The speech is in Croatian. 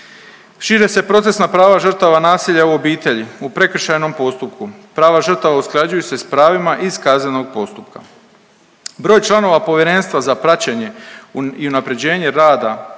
Šire se procesna prava žrtava nasilja u obitelji. U prekršajnom postupku prava žrtava usklađuju se sa pravima iz kaznenog postupka. Broj članova Povjerenstva za praćenje i unapređenje rada